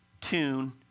Tune